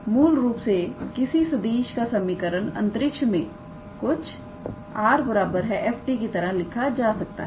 तो मूल रूप से किसी सदिश का समीकरण अंतरिक्ष में कुछ 𝑟⃗ 𝑓⃗ 𝑡 की तरह लिखा जा सकता है